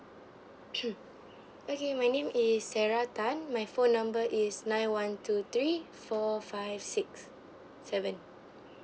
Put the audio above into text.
okay my name is sarah tan my phone number is nine one two three four five six seven